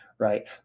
Right